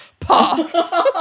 pass